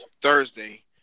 Thursday